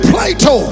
Plato